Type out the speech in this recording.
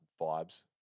vibes